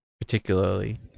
Particularly